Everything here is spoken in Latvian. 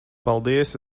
paldies